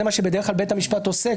זה מה שבית המשפט עושה בדרך כלל,